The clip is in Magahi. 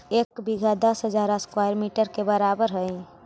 एक बीघा दस हजार स्क्वायर मीटर के बराबर हई